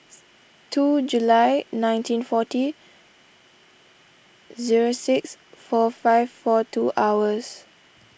two July nineteen forty zero six four five four two hours